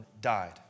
died